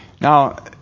Now